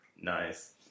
Nice